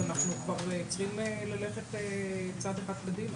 אז אנחנו כבר צריכים ללכת צעד אחד קדימה,